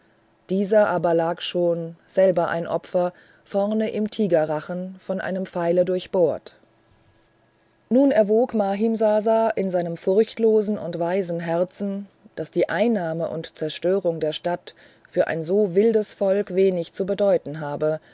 dieser aber lag schon selber ein opfer vorne im tigerrachen von einem pfeile durchbohrt nun erwog mahimsasa in seinem furchtlosen und weisen herzen daß die einnahme und zerstörung der stadt für ein so wildes volk wenig zu bedeuten habe